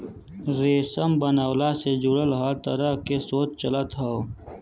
रेशम बनवला से जुड़ल हर तरह के शोध चलत हौ